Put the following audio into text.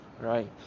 Right